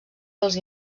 pels